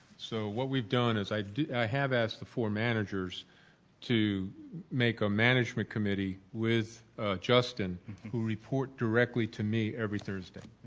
so, what we've done is i have asked the four managers to make a management committee with justin who report directly to me every thursday,